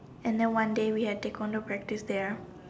and then one day we had Taekwondo practice there